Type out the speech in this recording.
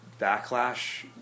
backlash